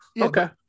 okay